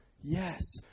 yes